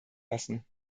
lassen